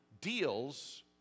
deals